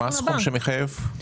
מה הסכום שמחייב?